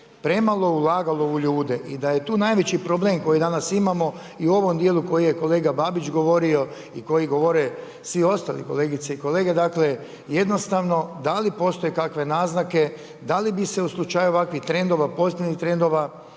premalo ulagalo u ljude i da je tu najveći problem koji danas imamo i u ovom dijelu o kojem je kolega Babić govorio i koji govore svi ostali kolegice i kolege. Dakle, jednostavno da li postoje kakve naznake da li bi se u slučaju ovakvih trendova pozitivnih trendova